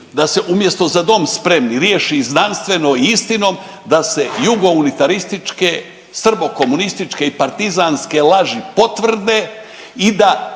da se umjesto da „Za dom spremni“ riješi znanstveno istinom, da se jugounitarističke, srbo-komunističke i partizanske laži potvrde i da